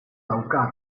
daukat